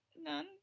none